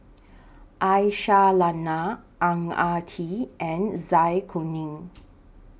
Aisyah Lyana Ang Ah Tee and Zai Kuning